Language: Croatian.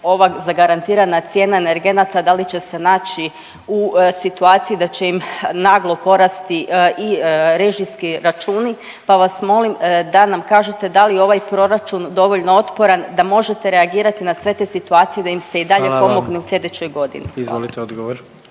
ova zagarantirana cijena energenata da li će se naći u situaciji da će im naglo porasti i režijski računi. Pa vas molim da nam kažete da li je ovaj proračun dovoljno otporan da možete reagirati na sve te situacije da im se i dalje pomogne u sljedećoj godini. Hvala. **Jandroković,